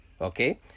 Okay